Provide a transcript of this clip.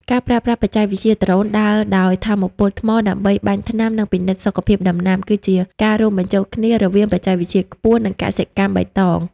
ការប្រើប្រាស់បច្ចេកវិទ្យាដ្រូន ដើរដោយថាមពលថ្មដើម្បីបាញ់ថ្នាំ និងពិនិត្យសុខភាពដំណាំ គឺជាការរួមបញ្ចូលគ្នារវាងបច្ចេកវិទ្យាខ្ពស់ និងកសិកម្មបៃតង។